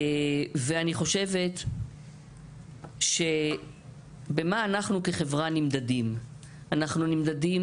ואני חושבת מה אנחנו כחברה נמדדים אנחנו נמדדים